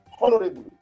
honorably